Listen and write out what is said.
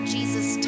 Jesus